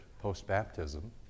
post-baptism